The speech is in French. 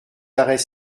arrêts